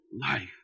life